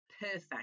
perfect